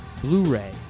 Blu-ray